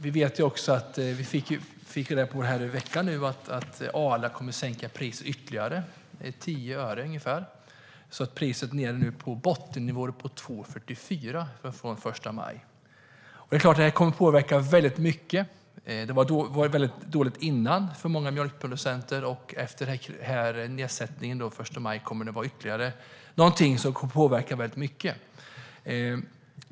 Vi fick nu i veckan veta att Arla kommer att sänka priset ytterligare med ungefär 10 öre. Priset är nu alltså nere på en bottennivå på 2,44 kronor från den 1 maj. Det här kommer att påverka mycket. Det var dåligt före nedsättningen för många mjölkproducenter, och efter den 1 maj blir det sämre.